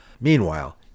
Meanwhile